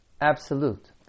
absolute